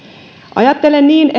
ajattelen niin